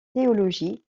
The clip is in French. théologie